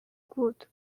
good